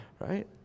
right